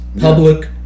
public